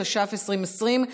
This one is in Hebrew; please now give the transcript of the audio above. התש"ף 2020,